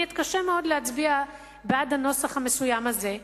אני אתקשה מאוד להצביע בעד הנוסח המסוים הזה.